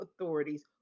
authorities